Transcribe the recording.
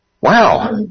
wow